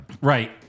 Right